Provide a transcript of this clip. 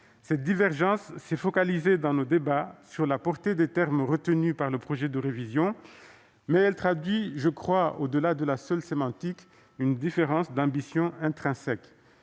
persiste. Elle s'est focalisée, dans nos débats, sur la portée des termes retenus dans le projet de révision, mais elle traduit je crois, au-delà de la seule sémantique, une différence d'ambition intrinsèque.